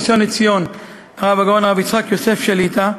הראשון-לציון הרב הגאון הרב יצחק יוסף שליט"א,